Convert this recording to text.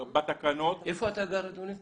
איפה אתה גר אדוני?